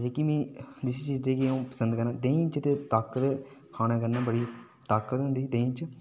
जेह्की में जिसी चीज़ै गी में पसंद करना देहीं च ताकत खाने कन्नै बड़ी ताकत होंदी देहीं च